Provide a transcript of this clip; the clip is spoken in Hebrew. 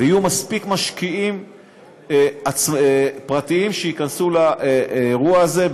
ויהיו מספיק משקיעים פרטיים שייכנסו לאירוע הזה,